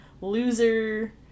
loser